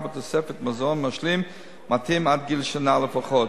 בתוספת מזון משלים מתאים עד גיל שנה לפחות,